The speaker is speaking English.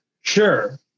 Sure